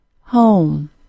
Home